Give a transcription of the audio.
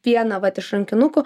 vieną vat iš rankinuko